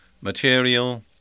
material